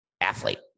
athlete